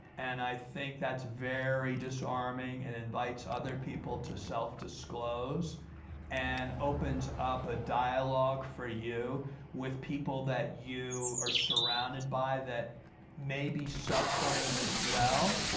and i think that's very disarming and invites other people to self disclose and opens up a dialogue for you with people that you are surrounded by, that may be suffering, as well,